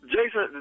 Jason